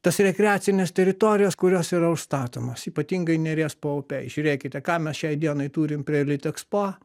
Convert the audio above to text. tas rekreacines teritorijas kurios yra užstatomos ypatingai neries paupiai žiūrėkite ką mes šiai dienai turim prie litexpo